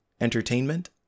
entertainment